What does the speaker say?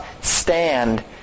stand